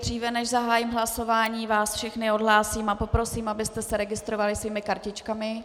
Dříve než zahájím hlasování, vás všechny odhlásím a poprosím, abyste se registrovali svými kartičkami.